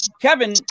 Kevin